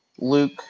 Luke